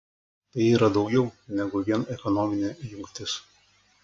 tai yra daugiau negu vien ekonominė jungtis